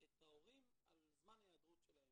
את ההורים על זמן היעדרות של הילד.